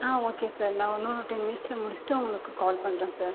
ஆ okay sir நான் இன்னும் ஒரு டென் மினிட்ஸில் முடிச்சுட்டு உங்களுக்கு கால் பண்ணுறேன் சார்